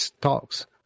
talks